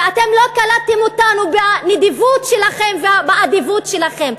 ואתם לא קלטתם אותנו בנדיבות שלכם ובאדיבות שלכם.